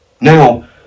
Now